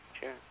Sure